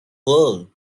world